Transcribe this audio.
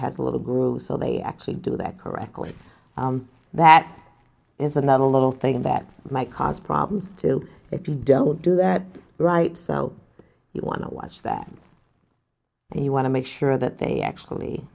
has a little group so they actually do that correctly that is another little thing that might cause problems too if you don't do that right so you want to watch that and you want to make sure that they actually